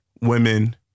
Women